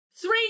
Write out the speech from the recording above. three